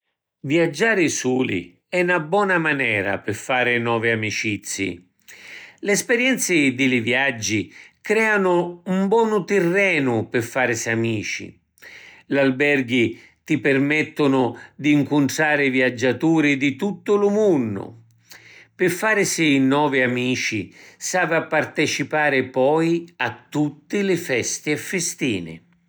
Viaggiari suli è na bona manera pi fari novi amicizii. L’esperienzi di li viaggi creanu un bonu tirrenu pi farisi amici. L’alberghi ti pirmettunu di ncuntrari viaggiaturi di tuttu lu munnu. Pi farisi novi amici s’avi a participari poi a tutti li festi e fistina.